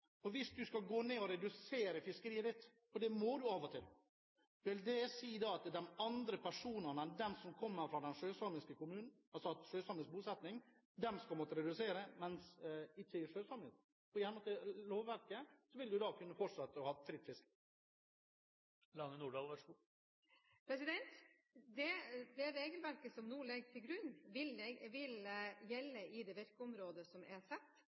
det. Hvis en skal redusere fiskeriet, som en må av og til: Vil det si at andre personer enn dem som kommer fra kommuner med sjøsamisk bosetting, skal måtte redusere, men ikke de i sjøsamiske kommunene? I henhold til lovverket vil de da fortsatt kunne ha fritt fiske. Det regelverket som nå ligger til grunn, vil gjelde i det virkeområdet som er